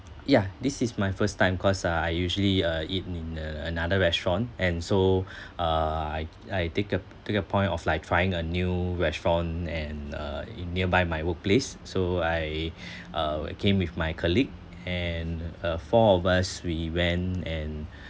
yeah this is my first time cause uh I usually uh eat in in a another restaurant and so uh I I take the take the point of like trying a new restaurant and uh in nearby my workplace so I uh came with my colleague and uh four of us we went and